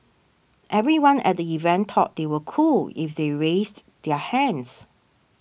everyone at the event thought they were cool if they raised their hands